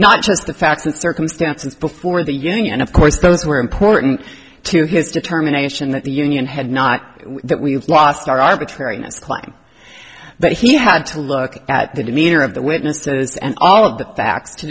not just the facts and circumstances before the young and of course those were important to his determination that the union had not that we've lost our arbitrariness climb that he had to look at the demeanor of the witnesses and all of the facts to